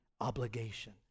obligation